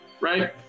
right